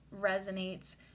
resonates